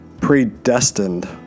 predestined